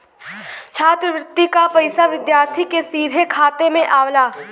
छात्रवृति क पइसा विद्यार्थी के सीधे खाते में आवला